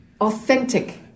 Authentic